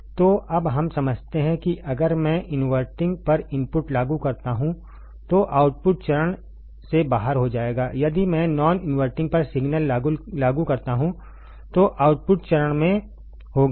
तो अब हम समझते हैं कि अगर मैं इन्वर्टिंग पर इनपुट लागू करता हूं तो आउटपुट चरण से बाहर हो जाएगा यदि मैं नॉन इनवर्टिंग पर सिग्नल लागू करता हूं तो आउटपुट चरण में होगा